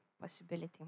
possibility